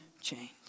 change